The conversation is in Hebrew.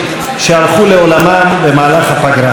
שהלכו לעולמם במהלך הפגרה.